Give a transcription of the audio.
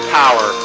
power